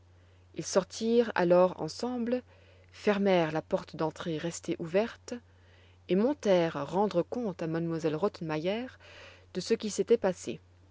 ils sortirent alors ensemble fermèrent la porte d'entrée restée ouverte et montèrent rendre compte à m elle rottenmeier de ce qui s'était passé